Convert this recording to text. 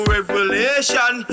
Revelation